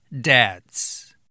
Dads